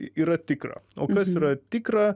yra tikra o kas yra tikra